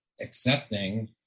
accepting